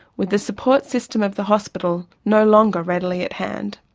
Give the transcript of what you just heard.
with the support system of the hospital no longer readily at hand.